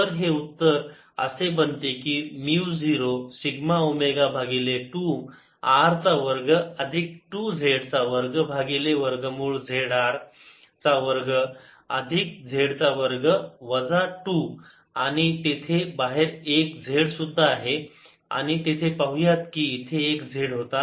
तर हे उत्तर असे बनते की म्यु 0 सिग्मा ओमेगा भागिले 2 R चा वर्ग अधिक 2 z चा वर्ग भागिले वर्गमूळ z R चा वर्ग अधिक z चा वर्ग वजा 2 आणि तेथे बाहेर एक z सुद्धा आहे आणि तेथे पाहुयात की इथे एक z होता